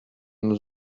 nous